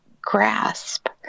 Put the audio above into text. grasp